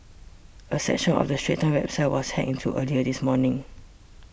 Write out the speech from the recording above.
a section of the Straits Times website was hacked into earlier this morning